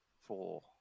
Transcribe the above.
four